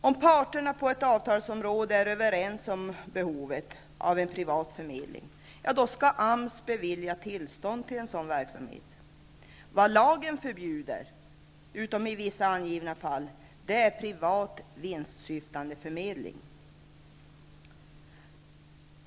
Om parterna inom ett avtalsområde är överens om behovet av en privat förmedling, skall AMS bevilja tillstånd till en sådan verksamhet. Vad lagen förbjuder, utom i vissa angivna fall, är privat vinstsyftande förmedling.